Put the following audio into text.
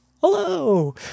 hello